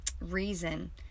reason